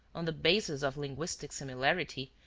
on the basis of linguistic similarity,